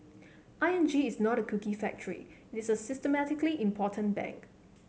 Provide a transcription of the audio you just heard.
I N G is not a cookie factory it is a systemically important bank